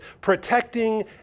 protecting